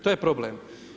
To je problem.